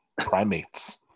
primates